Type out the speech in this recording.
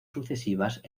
sucesivas